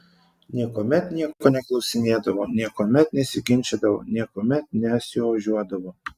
niekuomet nieko neklausinėdavo niekuomet nesiginčydavo niekuomet nesiožiuodavo